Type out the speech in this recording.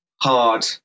hard